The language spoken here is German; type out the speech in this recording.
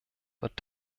wird